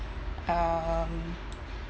um